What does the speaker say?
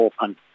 open